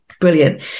brilliant